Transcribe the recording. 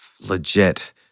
legit